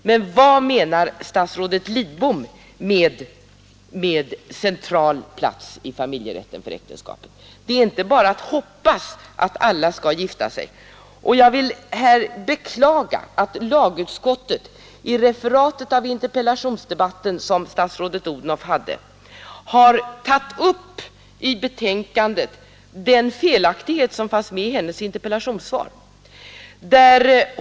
Utan jag vill veta vad statsrådet Lidbom över huvud taget menar med ”central plats i familjerätten” för äktenskapet. Man kan inte bara hoppas att alla skall gifta sig. Jag vill här beklaga att lagutskottet har i referatet av interpellationsdebatten som statsrådet Odhnoff förde, tagit med den felaktighet som fanns i hennes interpellationssvar.